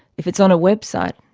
if it's on a website,